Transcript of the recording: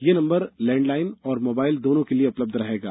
यह number landline और mobile दोनों के लिए उपलब्ध रहेगा